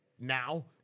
now